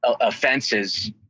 offenses